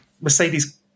Mercedes